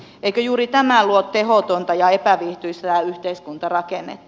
eikö juuri tämä luo tehotonta ja epäviihtyisää yhteiskuntarakennetta